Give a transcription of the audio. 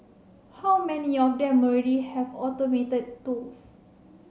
how many of them already have automated tools